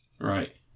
Right